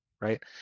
Right